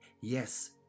Yes